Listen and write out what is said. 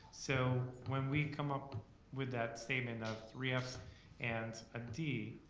so when we come up with that statement of three fs and a d.